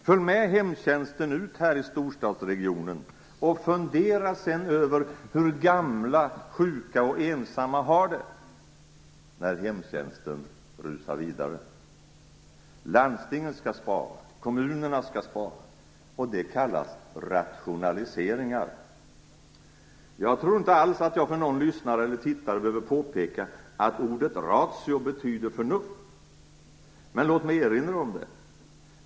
Följ med hemtjänsten ut här i storstadsregionen och fundera sedan över hur gamla, sjuka och ensamma har det när hemtjänsten rusar vidare. Landstingen skall spara. Kommunerna skall spara. Det kallas rationaliseringar. Jag tror inte alls att jag för någon lyssnare eller tittare behöver påpeka att ordet "ratio" betyder förnuft, men låt mig erinra om det.